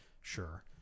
Sure